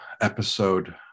episode